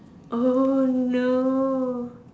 oh no